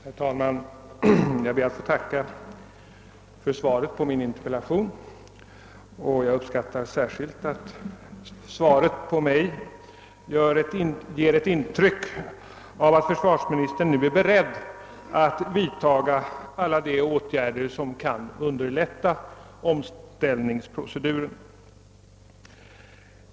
Herr talman! Jag ber att få tacka för svaret på min interpellation och jag uppskattar särskilt att det synes ge ett intryck av att försvarsministern nu är beredd att vidtaga alla de åtgärder som kan underlätta omställningsproceduren.